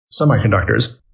semiconductors